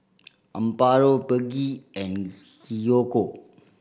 Amparo Peggy and Kiyoko